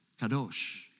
kadosh